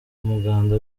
umuganda